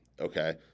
okay